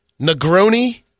Negroni